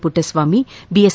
Puttaswamy BS